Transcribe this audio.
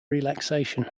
relaxation